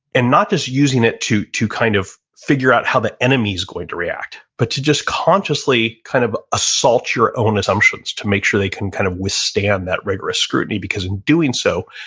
and not just using it to, to kind of figure out how the enemy's going to react, but to just consciously kind of assault your own assumptions to make sure they can kind of withstand that rigorous scrutiny, because in doing so,